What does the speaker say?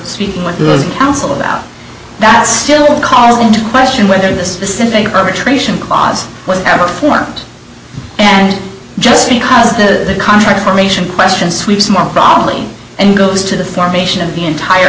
speaking with council about that still calls into question whether the specific arbitration clause was ever formed and just because the contract formation question sweeps more probably angles to the formation of the entire